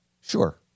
Sure